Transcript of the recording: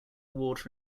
water